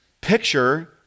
picture